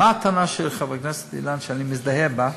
מה הטענה של חברי הכנסת, של אילן, שאני מזדהה אתה?